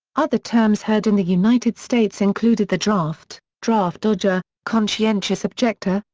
other terms heard in the united states included the draft, draft dodger, conscientious objector,